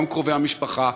גם קרובי המשפחה,